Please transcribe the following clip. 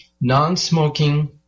non-smoking